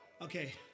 Okay